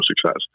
success